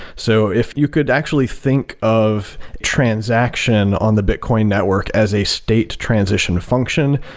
so if you could actually think of transaction on the bitcoin network as a state transition function,